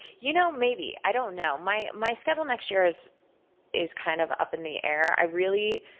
you know, maybe. i don't know. my my schedule next year is is kind of up in the air. i really